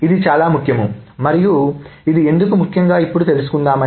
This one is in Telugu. ఇది చాలా ముఖ్యం మరియు ఇది ఎందుకు ముఖ్యంగా ఇప్పుడు తెలుసుకుందాము